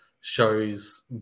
shows